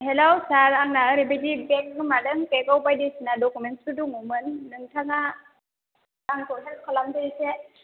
hello sir आंना ओरैबायदि bag गोमादों बेगाव बायदिसिना डकुमेन्टसफोर दङमोन नोंथाङा आंखौ हेल्प खालामदो एसे